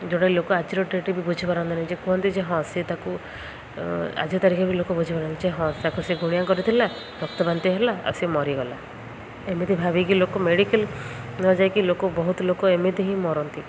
ଯେଉଁଟା ଲୋକ ଆଜିର ଡ଼େଟ୍ ବି ବୁଝିପାରନ୍ତିନି ଯେ କୁହନ୍ତି ଯେ ହଁ ସେ ତାକୁ ଆଜିର ତାରିଖ ବି ଲୋକ ବୁଝିପାରନ୍ତି ଯେ ହଁ ତାକୁ ସେ ଗୁଣିଆ କରିଥିଲା ରକ୍ତ ବାନ୍ତି ହେଲା ଆଉ ସେ ମରିଗଲା ଏମିତି ଭାବିକି ଲୋକ ମେଡ଼ିକାଲ୍ ନଯାଇକି ଲୋକ ବହୁତ ଲୋକ ଏମିତି ହିଁ ମରନ୍ତି